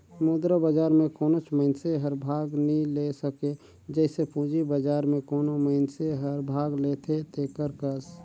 मुद्रा बजार में कोनोच मइनसे हर भाग नी ले सके जइसे पूंजी बजार में कोनो मइनसे हर भाग लेथे तेकर कस